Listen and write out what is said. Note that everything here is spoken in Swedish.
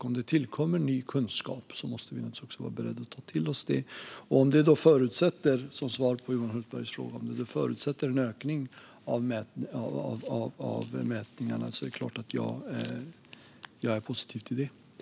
Om det tillkommer ny kunskap måste vi naturligtvis vara beredda att ta till oss den, och som svar på Johan Hultbergs fråga: Om detta förutsätter en ökning av mätningarna är det klart att jag är positiv till det.